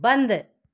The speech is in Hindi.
बंद